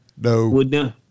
No